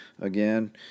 again